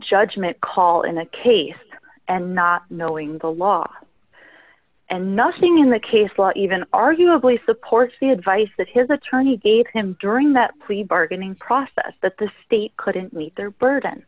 judgment call in a case and not knowing the law and nothing in the case law even arguably supports the advice that his attorney gave him during that plea bargaining process that the state couldn't meet their burden